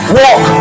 walk